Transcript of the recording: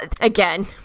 again